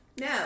no